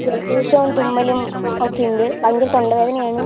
ജലദോഷവും തുമ്മലും ഒക്കെയുണ്ട് ഭയങ്കര തൊണ്ട വേദനയാണ്